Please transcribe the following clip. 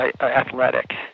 athletic